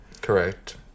Correct